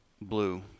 Blue